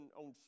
on